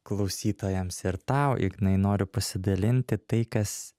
klausytojams ir tau ignai noriu pasidalinti tai kas